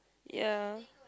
ya